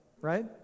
right